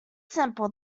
simple